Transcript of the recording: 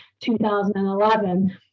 2011